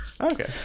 Okay